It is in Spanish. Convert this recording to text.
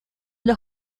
los